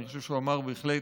אני חושב שהוא אמר בהחלט